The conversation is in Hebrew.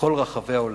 ובכל רחבי העולם.